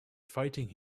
fighting